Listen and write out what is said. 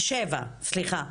7, סליחה.